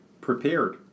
prepared